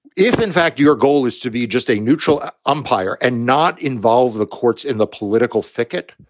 if in fact, your goal is to be just a neutral umpire and not involve the courts in the political thicket.